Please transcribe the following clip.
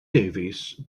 davies